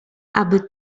aby